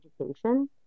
education